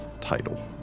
title